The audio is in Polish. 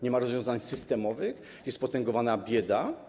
Nie ma rozwiązań systemowych, jest potęgowana bieda.